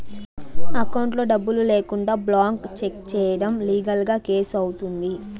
అకౌంట్లో డబ్బులు లేకుండా బ్లాంక్ చెక్ ఇయ్యడం లీగల్ గా కేసు అవుతుంది